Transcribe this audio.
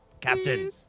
Captain